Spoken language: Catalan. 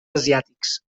asiàtics